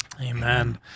Amen